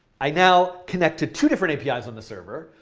i now connect to two different apis on the server.